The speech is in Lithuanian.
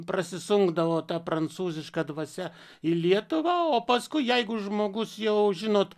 prasisunkdavo ta prancūziška dvasia į lietuvą o paskui jeigu žmogus jau žinot